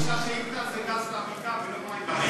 אני מרגיש שהשאילתה היא גז לבקעה ולא מים לבקעה.